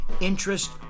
interest